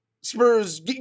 Spurs –